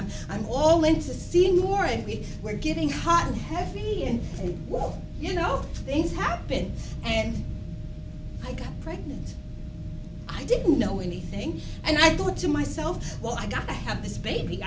i'm all into seeing more and we were getting hot and heavy and well you know things happen and i got pregnant i didn't know anything and i thought to myself well i gotta have this baby